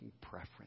preference